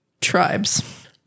tribes